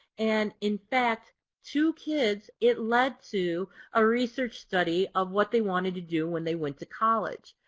and in fact two kids it led to a research study of what they wanted to do when they went to college.